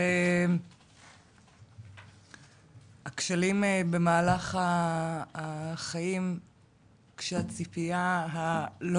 הכשלים במהלך החיים כשהציפייה הלא